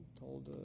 told